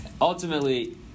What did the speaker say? Ultimately